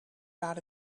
about